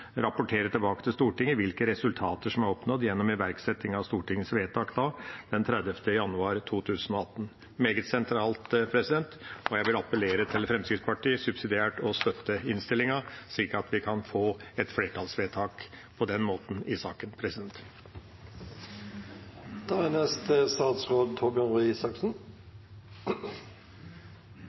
rapportere tilbake til Stortinget hvilke resultater som er oppnådd gjennom iverksetting av Stortingets vedtak den 30. januar 2018. Det er meget sentralt, og jeg vil appellere til Fremskrittspartiet om subsidiært å støtte innstillinga, slik at vi på den måten kan få et flertallsvedtak i saken. Forslaget vi diskuterer i dag, gjelder det å sikre en brukerorientert hjelpemiddelordning. Det er